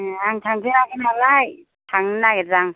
ए आं थांफेराखै नालाय थांनो नागिरदां